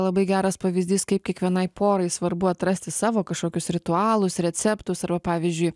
labai geras pavyzdys kaip kiekvienai porai svarbu atrasti savo kažkokius ritualus receptus arba pavyzdžiui